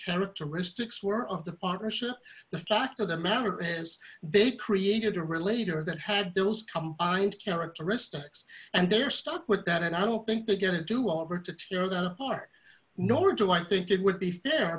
characteristics were of the partnership the fact of the matter is they created a relator that had those come characteristics and they're stuck with that and i don't think they're going to do over to tear them apart nor do i think it would be fair